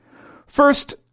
First